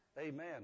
Amen